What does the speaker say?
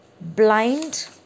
blind